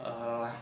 err